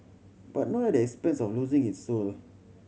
but not at the expense of losing its soul